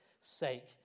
sake